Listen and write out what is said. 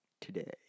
today